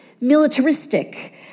militaristic